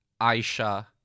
Aisha